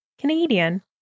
Canadian